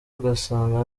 ugasanga